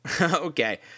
Okay